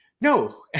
no